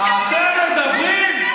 אתם אשמים, אתם אשמים, אתם מדברים?